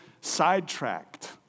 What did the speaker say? sidetracked